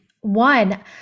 one